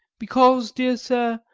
because, dear sir,